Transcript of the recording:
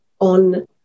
on